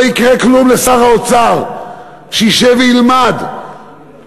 לא יקרה כלום לשר האוצר אם ישב וילמד מאחרים,